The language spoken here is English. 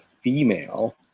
female